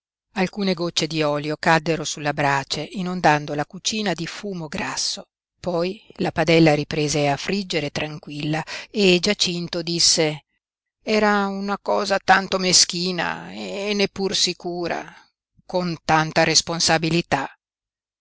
alcune gocce di olio caddero sulle brace inondando la cucina di fumo grasso poi la padella riprese a friggere tranquilla e giacinto disse era una cosa tanto meschina e neppur sicura con tanta responsabilità